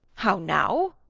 how now!